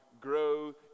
grow